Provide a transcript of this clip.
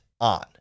on